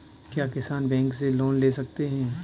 क्या किसान बैंक से लोन ले सकते हैं?